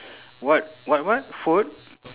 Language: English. what what what food